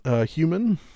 human